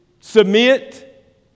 Submit